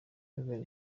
kevin